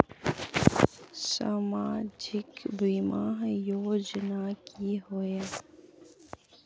सामाजिक बीमा योजना की होय?